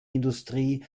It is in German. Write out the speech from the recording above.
industrie